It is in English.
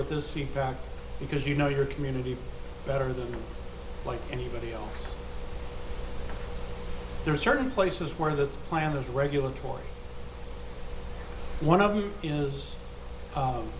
with the seat back because you know your community better than like anybody else there are certain places where that plant is regulatory one of them is